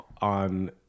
On